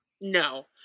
No